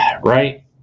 Right